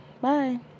bye